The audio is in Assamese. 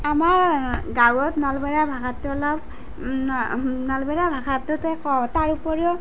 আমাৰ গাঁৱত নলবেৰীয়া ভাষাটো অলপ নলবেৰীয়া ভাষাটোতে কওঁ তাৰউপৰিও